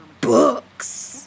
books